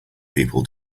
people